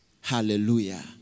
Hallelujah